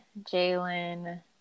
Jalen